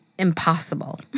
Impossible